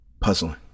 puzzling